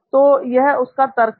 तो यह उसका तर्क था